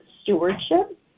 stewardship